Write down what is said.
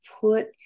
put